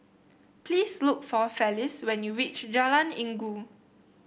please look for Felice when you reach Jalan Inggu